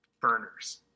burners